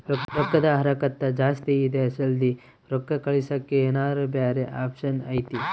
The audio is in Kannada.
ರೊಕ್ಕದ ಹರಕತ್ತ ಜಾಸ್ತಿ ಇದೆ ಜಲ್ದಿ ರೊಕ್ಕ ಕಳಸಕ್ಕೆ ಏನಾರ ಬ್ಯಾರೆ ಆಪ್ಷನ್ ಐತಿ?